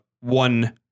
one